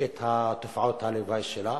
את תופעות הלוואי שלה,